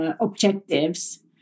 objectives